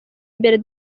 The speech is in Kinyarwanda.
imbere